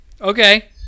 Okay